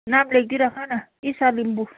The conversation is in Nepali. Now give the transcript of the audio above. नाम लेखिदिइराख्नु न इशा लिम्बू